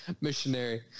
missionary